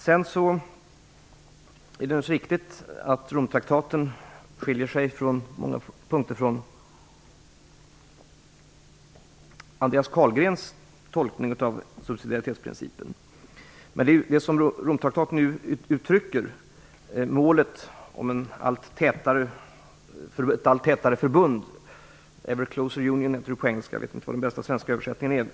Det är riktigt att Romtraktaten på många punkter skiljer sig från Andreas Carlgrens tolkning av subsidiaritetsprincipen. Romtraktaten uttrycker målet om ett allt tätare förbund. "Ever closer union" heter det på engelska, jag vet inte vad den bästa svenska översättningen är.